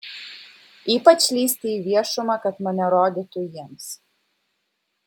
ypač lįsti į viešumą kad mane rodytų jiems